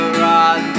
run